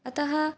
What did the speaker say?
अतः